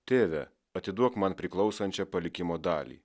tėve atiduok man priklausančią palikimo dalį